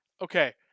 Okay